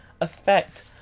affect